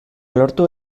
lortu